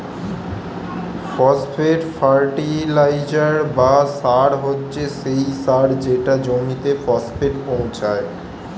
phosphate fertiliser বা সার হচ্ছে সেই সার যেটা জমিতে ফসফেট পৌঁছায়